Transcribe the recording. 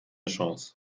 chance